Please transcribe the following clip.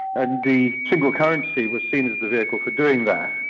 and the single currency was seen as the vehicle for doing that.